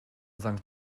sankt